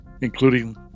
including